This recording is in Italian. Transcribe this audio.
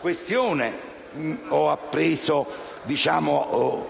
questione, ho appreso un